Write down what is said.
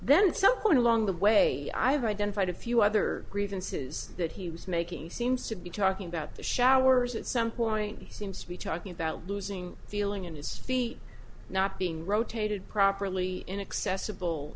then some point along the way i have identified a few other grievances that he was making seems to be talking about the showers at some point he seems to be talking about losing feeling in his feet not being rotated properly inaccessible